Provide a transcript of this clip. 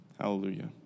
Hallelujah